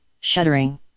shuddering